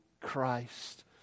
Christ